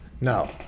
No